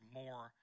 more